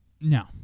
No